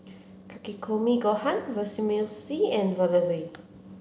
Takikomi Gohan Vermicelli and Valafel